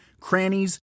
crannies